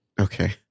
Okay